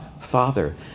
Father